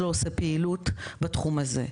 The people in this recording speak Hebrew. לא עושה פעילות בתחום הזה.